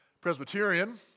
Presbyterian